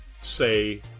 say